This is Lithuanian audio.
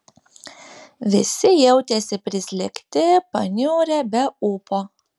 visi jautėsi prislėgti paniurę be ūpo